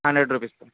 hundred rupees